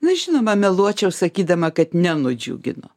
na žinoma meluočiau sakydama kad nenudžiugino